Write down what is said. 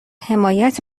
حمایت